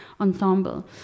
ensemble